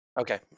Okay